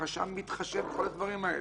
הרשם מתחשב בכל הדברים האלה,